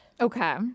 Okay